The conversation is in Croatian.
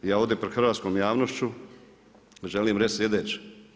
Ja ovdje pred hrvatskom javnošću želim reći sljedeće.